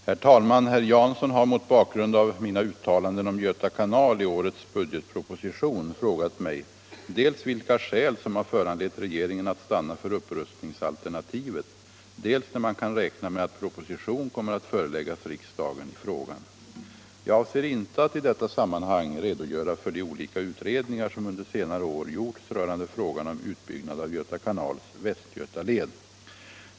Herr talman! Herr Jansson har - mot bakgrund av mina uttalanden om Göta kanal i årets budgetproposition — frågat mig dels vilka skäl som har föranlett regeringen att stanna för upprustningsalternativet, dels när man kan räkna med att proposition kommer att föreläggas riksdagen i frågan. Jag avser inte att i detta sammanhang redogöra för de olika utredningar som under senare år gjorts rörande frågan om utbyggnad av Göta kanals Västgötaled.